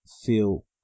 feel